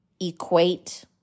equate